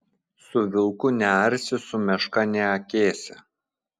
su vilku nearsi su meška neakėsi